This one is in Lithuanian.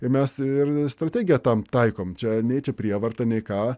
ir mes ir strategiją tam taikom čia nei čia prievarta nei ką